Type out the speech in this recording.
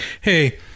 hey